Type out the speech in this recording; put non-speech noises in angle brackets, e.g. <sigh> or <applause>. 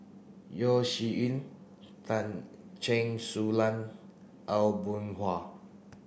Yeo Shih Yun <unintelligible> Chen Su Lan Aw Boon Haw